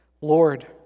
Lord